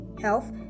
health